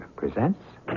presents